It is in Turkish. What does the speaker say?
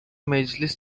meclis